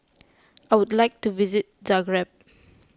I would like to visit Zagreb